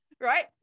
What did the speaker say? right